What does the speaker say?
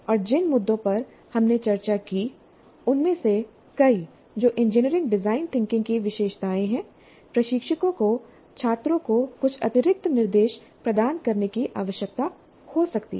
और जिन मुद्दों पर हमने चर्चा की उनमें से कई जो इंजीनियरिंग डिजाइन थिंकिंग की विशेषताएं हैं प्रशिक्षकों को छात्रों को कुछ अतिरिक्त निर्देश प्रदान करने की आवश्यकता हो सकती है